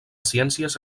ciències